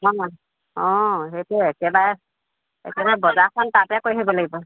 অঁ অঁ সেইটোৱে একেবাৰে একেবাৰে বজাৰখন তাতে কৰি আহিব লাগিব